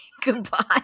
Goodbye